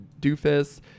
doofus